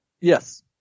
Yes